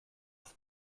das